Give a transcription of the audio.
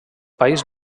país